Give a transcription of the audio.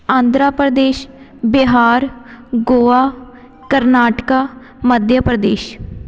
Andhra Pradesh Bihar Goa Karnataka Madhya Pradesh